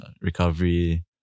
recovery